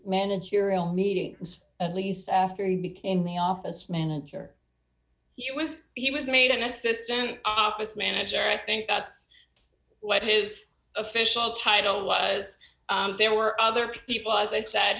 managerial meetings at least after he became the office manager he was he was made an assistant opposite manager i think that's what is official title was there were other people as i said